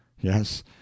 Yes